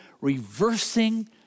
reversing